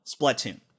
Splatoon